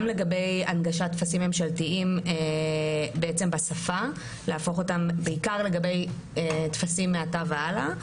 גם לגבי הנגשת טפסים ממשלתיים בעצם בשפה - בעיקר לגבי טפסים מעתה מהלאה,